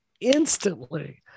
instantly